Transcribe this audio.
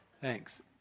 Thanks